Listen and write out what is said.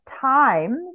Times